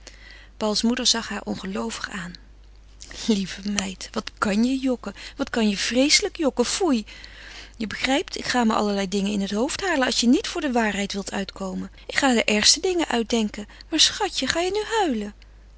pauls moeder zag haar ongeloovig aan lieve meid wat kan je jokken wat kan je vreeslijk jokken foei je begrijpt ik ga me allerlei dingen in het hoofd halen als je niet voor de waarheid wilt uitkomen ik ga de ergste dingen uitdenken maar schatje ga je nu huilen